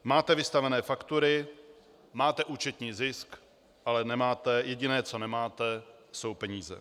Máte vystavené faktury, máte účetní zisk, ale jediné, co nemáte, jsou peníze.